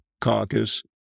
caucus